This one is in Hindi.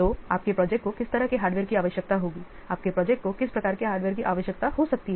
तो आपके प्रोजेक्ट को किस तरह के हार्डवेयर की आवश्यकता होगी आपके प्रोजेक्ट को किस प्रकार के हार्डवेयर की आवश्यकता हो सकती है